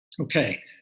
Okay